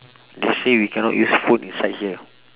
they say we cannot use phone inside here